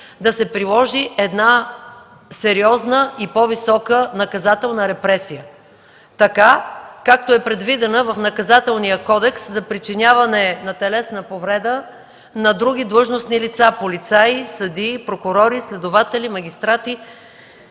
да се приложи една сериозна и по-висока наказателна репресия, така както е предвидена в Наказателния кодекс за причиняване на телесна повреда на други длъжностни лица – полицаи, съдии, прокурори, следователи, магистрати.